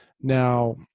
Now